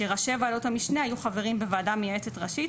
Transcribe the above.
שראשי וועדות המשנה היו חברים בוועדה המייעצת ראשית,